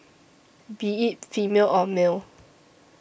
be it female or male